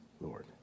lord